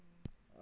ya